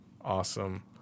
awesome